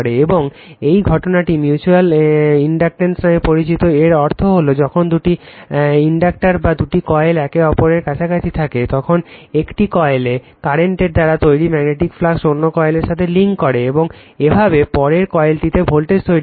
এবং এই ঘটনাটি মিউচ্যুয়াল ইন্ডাকটেন্স নামে পরিচিত এর অর্থ হল যখন দুটি ইন্ডাক্টর বা দুটি কয়েল একে অপরের কাছাকাছি থাকে তখন একটি কয়েলে কারেন্টের দ্বারা তৈরী ম্যাগনেটিক ফ্লাক্স অন্য কয়েলের সাথে লিংক করে এবং এভাবে পরের কয়েলটিতে ভোল্টেজ সৃষ্টি করে